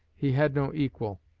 he had no equal.